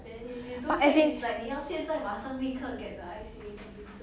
but as in